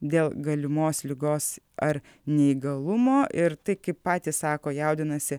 dėl galimos ligos ar neįgalumo ir tai kaip patys sako jaudinasi